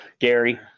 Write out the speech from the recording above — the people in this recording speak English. Gary